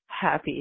happy